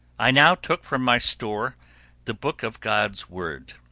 i now took from my store the book of god's word,